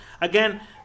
again